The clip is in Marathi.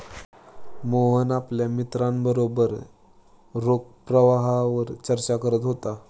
मोहन आपल्या मित्रांबरोबर रोख प्रवाहावर चर्चा करत होता